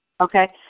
Okay